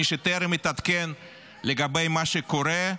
מי שטרם התעדכן לגבי מה שקורה,